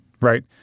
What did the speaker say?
right